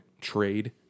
trade